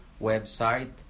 website